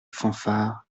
fanfare